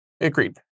agreed